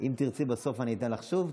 אם תרצי, בסוף אני אתן לך שוב.